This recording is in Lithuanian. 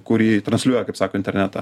kuri transliuoja kaip sako internetą